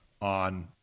on